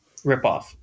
ripoff